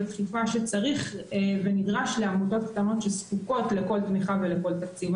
הדחיפה שצריך ונדרש לעמותות קטנות שזקוקות לכל תמיכה ולכל תקציב.